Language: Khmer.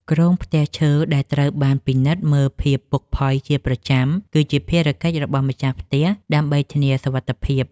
គ្រោងផ្ទះឈើដែលត្រូវបានពិនិត្យមើលភាពពុកផុយជាប្រចាំ គឺជាភារកិច្ចរបស់ម្ចាស់ផ្ទះដើម្បីធានាសុវត្ថិភាព។